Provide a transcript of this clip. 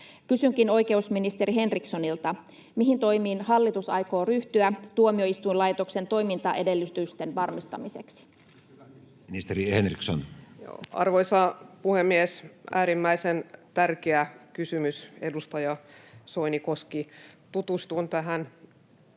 Kysynkin oikeusministeri Henrikssonilta: mihin toimiin hallitus aikoo ryhtyä tuomioistuinlaitoksen toimintaedellytysten varmistamiseksi? Ministeri Henriksson. Arvoisa puhemies! Äärimmäisen tärkeä kysymys, edustaja Soinikoski. Tutustuin tämän